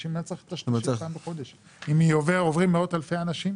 בשביל מה צריך טשטשית פעם בחודש אם עוברים מאות אלפי אנשים?